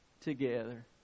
together